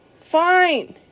Fine